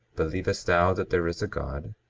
believest thou that there is a god?